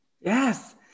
Yes